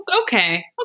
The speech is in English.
Okay